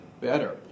better